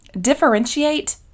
Differentiate